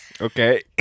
Okay